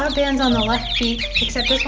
um bands on the left feet except